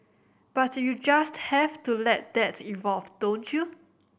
but you just have to let that evolve don't you